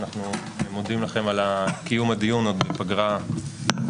ואנחנו מודים לכם על קיום הדיון עוד בפגרת הפסח,